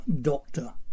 doctor